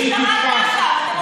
והיא תפתח,